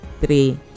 three